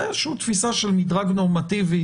זו איזושהי תפיסה של מדרג נורמטיבי,